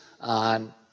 on